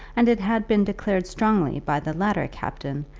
and it had been declared strongly by the latter captain,